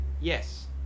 yes